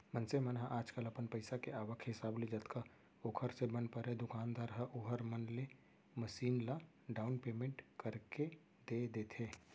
मनसे मन ह आजकल अपन पइसा के आवक हिसाब ले जतका ओखर से बन परय दुकानदार ह ओखर मन ले मसीन ल डाउन पैमेंट करके दे देथे